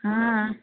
हां